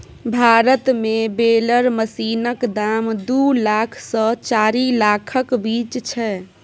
भारत मे बेलर मशीनक दाम दु लाख सँ चारि लाखक बीच छै